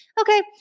okay